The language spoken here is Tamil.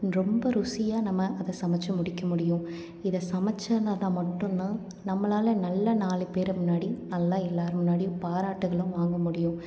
ரொம்ப ருசியாக நம்ம அதை சமைத்து முடிக்க முடியும் இதை சமைச்சனாத மட்டுந்தான் நம்மளால் நல்லா நாலு பேர் முன்னாடி நல்லா எல்லார் முன்னாடியும் பாராட்டுகளும் வாங்க முடியும்